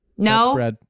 No